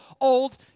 Old